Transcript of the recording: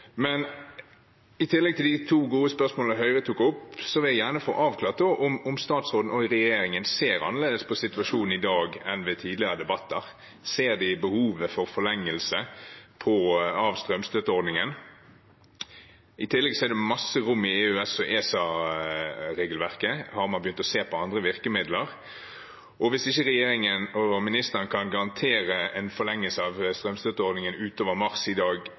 I tillegg til de to gode spørsmålene Høyre tok opp, vil jeg gjerne få avklart om statsråden og regjeringen ser annerledes på situasjonen i dag enn i tidligere debatter. Ser de behovet for forlengelse av strømstøtteordningen? I tillegg er det masse rom i EØS- og ESA-regelverket. Har man begynt å se på andre virkemidler? Hvis ikke regjeringen og ministeren i dag kan garantere en forlengelse av strømstøtteordningen utover mars, kan man i